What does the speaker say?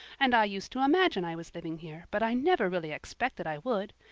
and i used to imagine i was living here, but i never really expected i would.